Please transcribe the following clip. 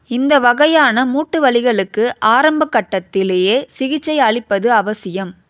இந்த வகையான மூட்டு வலிகளுக்கு ஆரம்பகட்டத்திலேயே சிகிச்சை அளிப்பது அவசியம்